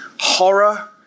horror